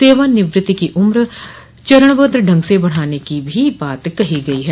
सेवानिवृत्ति की उम्र चरणबद्ध ढंग से बढ़ाने की बात भी कही गई है